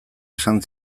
esan